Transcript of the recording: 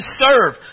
serve